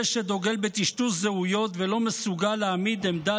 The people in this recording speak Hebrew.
זה שדוגל בטשטוש זהויות ולא מסוגל להעמיד עמדה